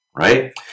Right